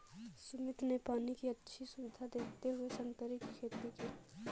सुमित ने पानी की अच्छी सुविधा देखते हुए संतरे की खेती की